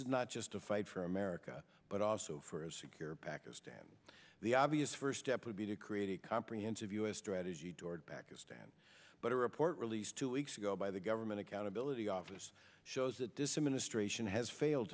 is not just a fight for america but also for a secure pakistan the obvious first step would be to create a comprehensive u s strategy toward pakistan but a report released two weeks ago by the government accountability office shows that this administration has failed